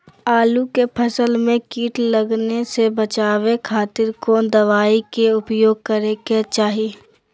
आलू के फसल में कीट लगने से बचावे खातिर कौन दवाई के उपयोग करे के चाही?